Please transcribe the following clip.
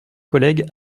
collègues